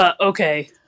Okay